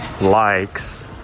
likes